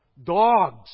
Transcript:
Dogs